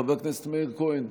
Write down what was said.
חבר הכנסת מאיר כהן,